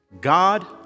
God